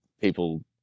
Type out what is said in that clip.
people